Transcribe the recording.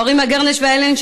ההורים אגרנש ואיילין,